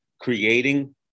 creating